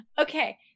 Okay